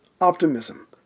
optimism